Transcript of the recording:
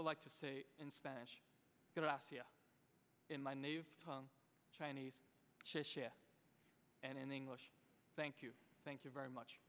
would like to say in spanish going to ask you in my native tongue chinese share and in english thank you thank you very much